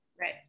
Right